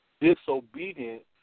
disobedient